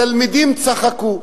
התלמידים צחקו,